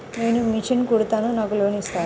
నేను మిషన్ కుడతాను నాకు లోన్ ఇస్తారా?